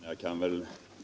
Herr talman!